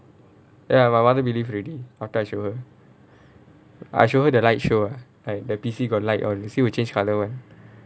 ya my mother believe already after I show her I show her the light show like the P_C got light on you see will change colour [one]